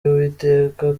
y’uwiteka